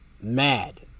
mad